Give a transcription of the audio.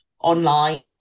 online